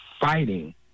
fighting